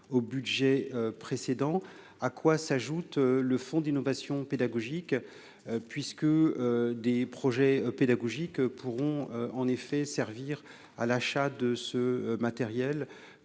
au budget précédent à quoi s'ajoute le fonds d'innovation pédagogique puisque des projets pédagogiques pourront en effet servir à l'achat de ce matériel,